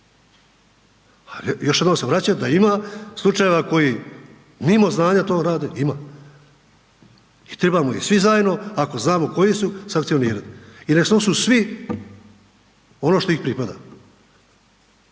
Još jednom se vraćam, da ima slučajeva koji mimo znanja to rade, ima i trebamo ih svi zajedno ako znamo koji su, sankcionirat i nek snosu svi ono što ih pripada,